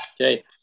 Okay